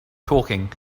talking